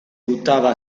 buttava